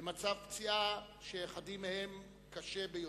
ומצב הפציעה של אחדים מהם קשה ביותר.